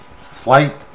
flight